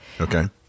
Okay